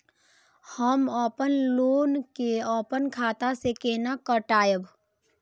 हम अपन लोन के अपन खाता से केना कटायब?